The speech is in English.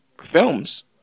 films